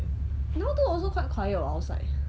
now do also quite quiet [what] outside